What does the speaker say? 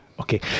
Okay